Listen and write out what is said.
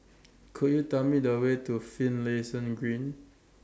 Could YOU Tell Me The Way to Finlayson Green